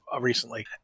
recently